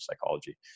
psychology